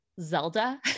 Zelda